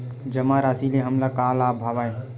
जमा राशि ले हमला का का लाभ हवय?